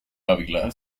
ávila